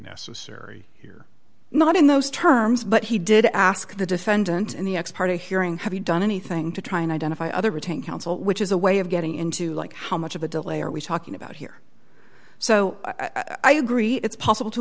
necessary here not in those terms but he did ask the defendant and the ex parte hearing have you done anything to try and identify other retained counsel which is a way of getting into like how much of a delay are we talking about here so i gree it's possible to